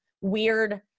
weird